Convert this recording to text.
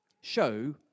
Show